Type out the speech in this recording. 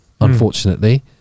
unfortunately